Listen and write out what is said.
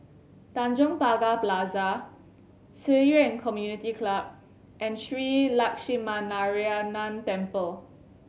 Tanjong Pagar Plaza Ci Yuan Community Club and Shree Lakshminarayanan Temple